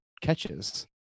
catches